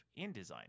InDesign